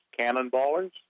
Cannonballers